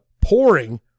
pouring